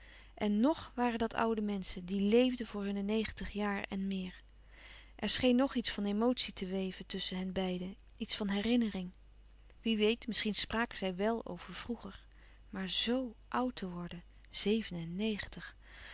en ng waren dat oude menschen die léefden voor hunne negentig jaren en meer er scheen nog iets van emotie te weven tusschen hen beiden iets van herinnering wie weet misschien spraken zij wèl over vroeger maar zo oud te worden zeven en negentig